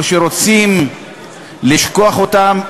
או שרוצים לשכוח אותן,